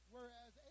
whereas